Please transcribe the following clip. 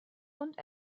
und